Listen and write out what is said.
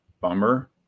Bummer